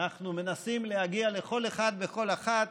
מנסים להגיע לכל אחד ולכל אחת.